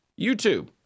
YouTube